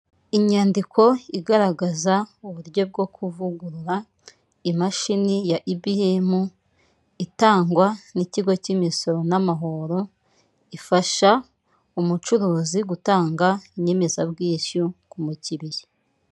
inyandiko igaragaza uburyo bwo kuvugurura imashini ya ibiyemu itangwa n'ikigo cy'imisoro n'amahoro, ifasha umucuruzi gutanga inyemezabwishyu ku mukiya.